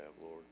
Lord